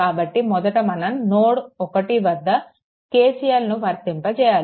కాబట్టి మొదట మనం నోడ్1 వద్ద KCL ను వర్తింప చేయాలి